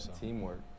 Teamwork